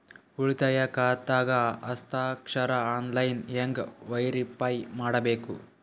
ಉಳಿತಾಯ ಖಾತಾದ ಹಸ್ತಾಕ್ಷರ ಆನ್ಲೈನ್ ಹೆಂಗ್ ವೇರಿಫೈ ಮಾಡಬೇಕು?